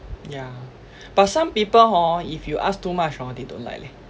yeah but some people hor if you ask too much hor they don't like leh